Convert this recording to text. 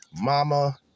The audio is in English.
mama